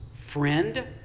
friend